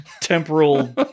temporal